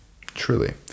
truly